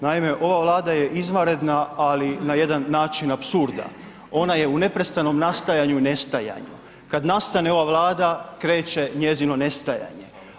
Naime, ova Vlada je izvanredna, ali na jedan način apsurda, ona je u neprestanom nastajanju i nestajanju, kad nastane ova Vlada kreće njezino nestajanje.